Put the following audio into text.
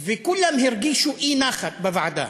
וכולם הרגישו אי-נחת בוועדה.